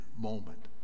moment